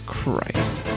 Christ